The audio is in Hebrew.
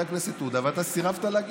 לשמאל כאנשי ימין אידיאולוגים, לא,